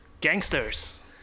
gangsters